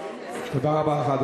תודה רבה לך,